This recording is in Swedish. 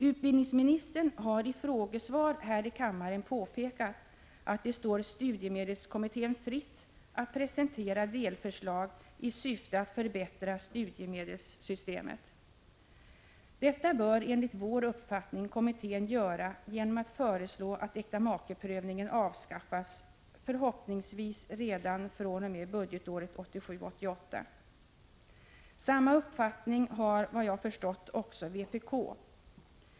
Utbildningsministern har i frågesvar här i kammaren påpekat att det står studiemedelskommittén fritt att presentera delförslag i syfte att förbättra studiemedelssystemet. Detta bör enligt vår uppfattning kommittén göra genom att föreslå att äktamakeprövningen avskaffas — förhoppningsvis redan fr.o.m. budgetåret 1987/88. Samma uppfattning har, efter vad jag förstått, också vpk.